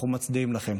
אנחנו מצדיעים לכם.